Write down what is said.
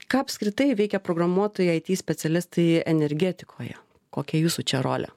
ką apskritai veikia programuotojai it specialistai energetikoje kokia jūsų čia rolė